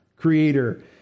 Creator